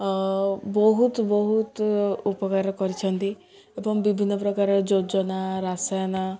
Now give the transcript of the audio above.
ବହୁତ ବହୁତ ଉପକାର କରିଛନ୍ତି ଏବଂ ବିଭିନ୍ନ ପ୍ରକାର ଯୋଜନା ରାସାୟନ